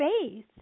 faith